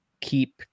keep